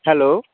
hello